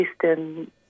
system